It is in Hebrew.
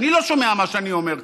אני לא שומע מה שאני אומר.